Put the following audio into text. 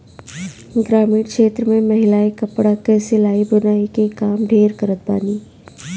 ग्रामीण क्षेत्र में महिलायें कपड़ा कअ सिलाई बुनाई के काम ढेर करत बानी